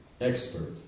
expert